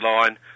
line